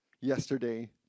yesterday